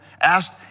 asked